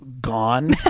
gone